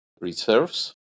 reserves